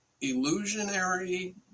illusionary